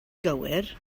gywir